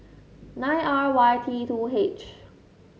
nine R Y T two H